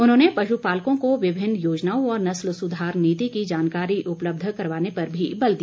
उन्होंने पश् पालकों को विभिन्न योजनाओं व नस्ल सुधार नीति की जानकारी उपलब्ध करवाने पर भी बल दिया